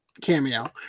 cameo